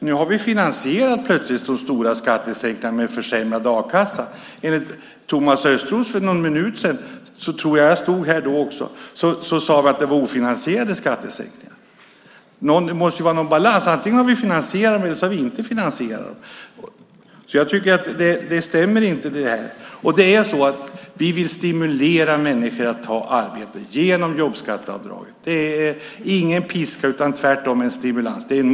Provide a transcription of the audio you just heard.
Nu har vi plötsligt finansierat de stora skattesänkningarna med en försämrad a-kassa. För någon minut sedan sade Thomas Östros att skattesänkningarna var ofinansierade. Det måste väl finnas någon balans - antingen har vi finansierat dem eller så har vi inte finansierat dem. Det som sägs stämmer alltså inte. Vi vill stimulera människor att ta arbete genom jobbskatteavdraget. Det är inte någon piska utan tvärtom en stimulans, en morot.